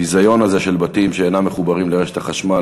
הביזיון הזה של בתים שאינם מחוברים לרשת החשמל.